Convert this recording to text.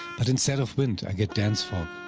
but instead of wind i get dense fog.